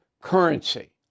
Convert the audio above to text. currency